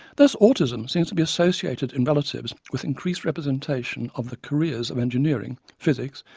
thus autism seems to be associated in relatives with increased representation of the careers of engineering, physics,